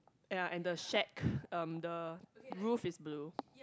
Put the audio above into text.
ya and the shack um the roof is blue